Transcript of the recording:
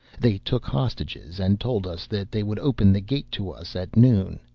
they took hostages, and told us that they would open the gate to us at noon,